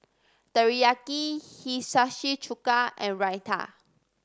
Teriyaki Hiyashi Chuka and Raita